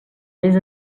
més